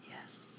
Yes